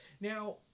Now